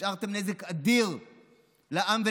השארתם נזק אדיר לעם ולמדינה.